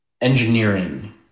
engineering